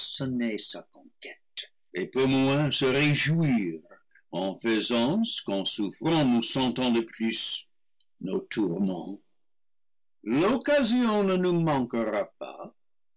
sa conquête et peut moins se réjouir en faisant ce qu'en souf frant nous sentons le plus nos tourments l'occasion ne nous manquera pas